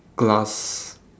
glass